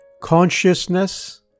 consciousness